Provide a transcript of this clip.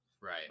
Right